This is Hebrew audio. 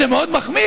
זה מאוד מחמיא,